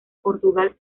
portugal